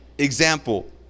example